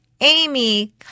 Amy